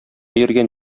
йөргән